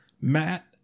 Matt